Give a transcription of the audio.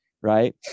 Right